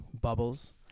bubbles